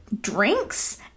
drinks